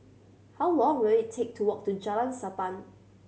how long will it take to walk to Jalan Sappan